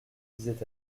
disait